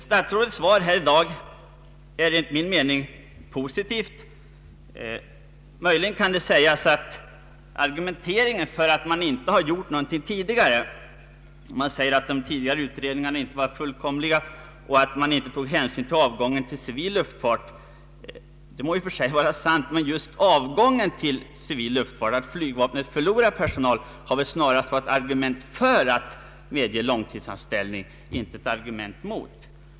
Statsrådets svar här i dag är enligt min mening positivt. Statsrådet redovisar vissa argument för att man inte har gjort något förut. Det sägs att tidigare utredningar inte har varit fullständiga och att man inte tog hänsyn till avgången till civil luftfart. Men just avgången till civil luftfart, alltså att flygvapnet har förlorat personal, har väl snarast varit ett argument för att medge långtidsanställning och inte ett argument mot.